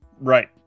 Right